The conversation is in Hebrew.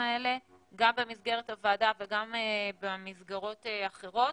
האלה גם במסגרת הוועדה וגם במסגרות אחרות.